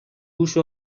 uso